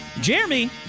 jeremy